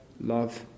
love